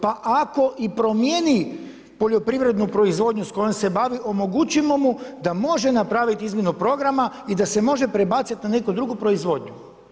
Pa ako i promijeni poljoprivrednu proizvodnju s kojom se bavi, omogućimo mu da može napraviti izmjenu programa i da se može prebaciti na neku proizvodnju.